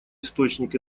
источник